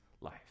life